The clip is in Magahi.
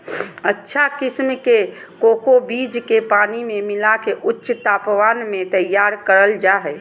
अच्छा किसम के कोको बीज के पानी मे मिला के ऊंच तापमान मे तैयार करल जा हय